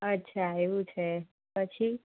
અચ્છાં એવું છે પછી